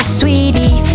sweetie